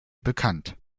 bekannt